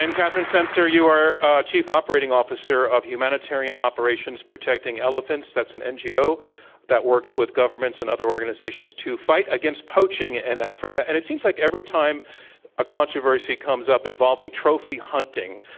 and catherine semcer, you are chief operating officer of humanitarian operations protecting elephants, that's an ngo that works with governments and other organizations to fight against poaching in and africa. and it seems like every time a controversy comes up involving trophy hunting,